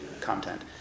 content